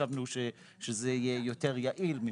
חשבנו שזה יהיה יותר יעיל.